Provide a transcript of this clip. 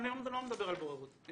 --- אני לא מדבר על בוררות,